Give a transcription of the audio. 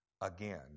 again